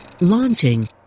Launching